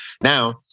Now